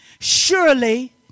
Surely